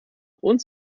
und